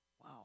wow